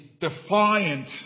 defiant